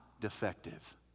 defective